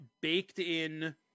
baked-in